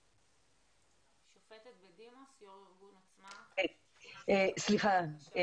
שופטת בדימוס, יו"ר ארגון "עוצמה", בבקשה.